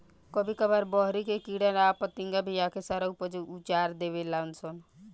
कभी कभार बहरी के कीड़ा आ पतंगा भी आके सारा ऊपज उजार देवे लान सन